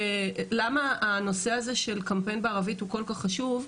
למה הנושא הזה של קמפיין בערבית הוא כל כך חשוב.